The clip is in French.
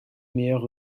meilleures